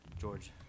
George